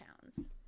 pounds